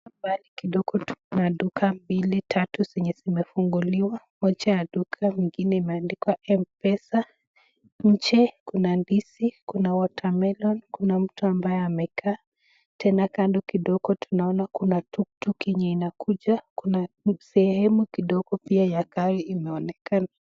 Mbali kidogo kuna duka mbili tatu zenye zimefunguliwa, moja ya duka ingine imeandikwa Mpesa, nje kuna ndizi kuna Watermelon, kuna mtu ambaye amekaa, tena kando kidogo tunaona kuna tuktuk yenye inakuja, kuna sehemu kidogo pia ya gari imeonekana.